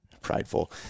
Prideful